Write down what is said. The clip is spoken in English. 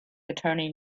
attorney